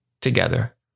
together